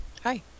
Hi